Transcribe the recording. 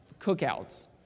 cookouts